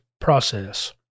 process